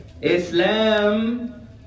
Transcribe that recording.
Islam